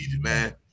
man